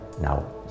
now